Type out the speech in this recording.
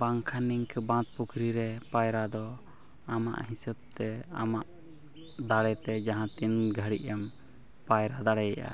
ᱵᱟᱝᱠᱷᱟᱱ ᱱᱤᱝᱠᱟᱹ ᱵᱟᱸᱫᱷᱯᱩᱠᱷᱨᱤ ᱨᱮ ᱯᱟᱭᱨᱟ ᱫᱚ ᱟᱢᱟᱜ ᱦᱤᱥᱟᱹᱵ ᱛᱮ ᱟᱢᱟᱜ ᱫᱟᱲᱮᱛᱮ ᱡᱟᱦᱟᱸ ᱛᱤᱱ ᱜᱷᱟᱲᱤᱡ ᱮᱢ ᱯᱟᱭᱨᱟ ᱫᱟᱲᱮᱭᱟᱜᱼᱟ